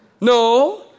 No